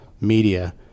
media